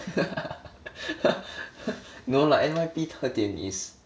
no lah N_Y_P 特点 is